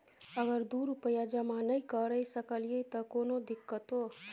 अगर दू महीना रुपिया जमा नय करे सकलियै त कोनो दिक्कतों?